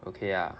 okay ah